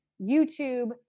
YouTube